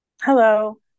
Hello